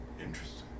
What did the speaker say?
Interesting